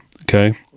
okay